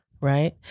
Right